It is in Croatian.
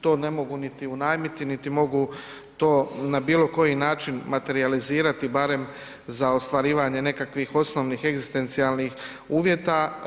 to ne mogu niti unajmiti niti mogu to na bilo koji način materijalizirati barem za ostvarivanje nekakvih osnovnih egzistencijalnih uvjeta.